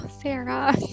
sarah